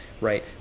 right